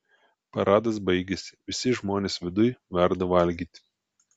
paradas baigėsi visi žmonės viduj verda valgyti